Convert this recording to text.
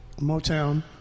Motown